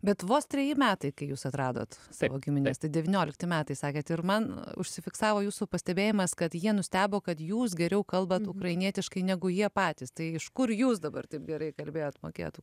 bet vos treji metai kai jūs atradot savo gimines tai devyniolikti metai sakėt ir man užsifiksavo jūsų pastebėjimas kad jie nustebo kad jūs geriau kalbat ukrainietiškai negu jie patys tai iš kur jūs dabar taip gerai kalbėjot mokėjot